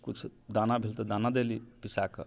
किछु दाना भेले तऽ दाना देली पिसाके